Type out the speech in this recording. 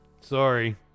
Sorry